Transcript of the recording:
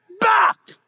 back